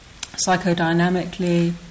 psychodynamically